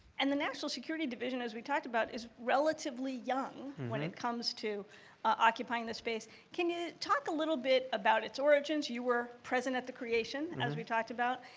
and the national security division as we talked about is relatively young when it comes to occupying this space. can you talk a little bit about its origins? you were present at the creation and as we talked about.